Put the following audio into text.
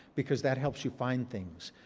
because that helps you find things.